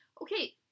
okay